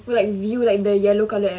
like viu the yellow colour app